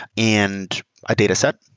and a dataset,